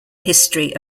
history